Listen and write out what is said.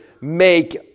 make